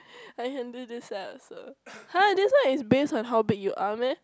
I can do this one also (huh) this one is based on how big you are meh